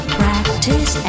practice